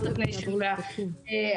אומת הסטרטאפ,